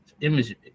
image